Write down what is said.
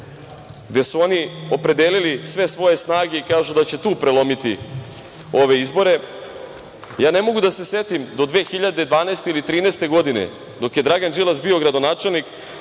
gde su oni opredelili sve svoje snage i kažu da će tu prelomiti ove izbore, ja ne mogu da se setim do 2012. ili 2013. godine dok je Dragan Đilas bio gradonačelnik,